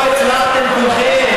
לא הצלחתם כולכם.